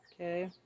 Okay